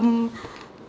um